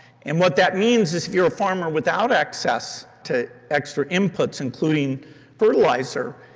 and what that means is if you are a farmer without access to extra inputs, including fertiliser,